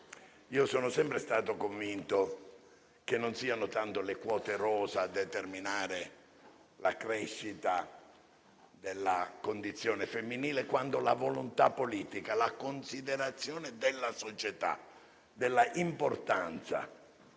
Sono sempre stato convinto che non siano tanto le quote rosa a determinare la crescita della condizione femminile quanto la volontà politica, la considerazione della società, dell'importanza